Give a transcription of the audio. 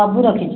ସବୁ ରଖିଛି